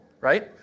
right